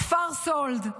כפר סאלד,